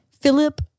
Philip